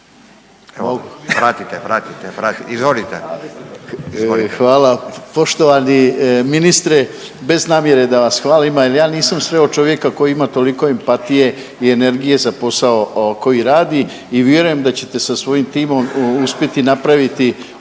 **Šimičević, Rade (HDZ)** Hvala. Poštovani ministre bez namjere da vas hvalim, ali ja nisam sreo čovjeka koji ima toliko empatije i energije za posao koji radi i vjerujem da ćete sa svojim timom uspjeti napraviti ono